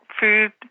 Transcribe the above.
food